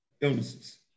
illnesses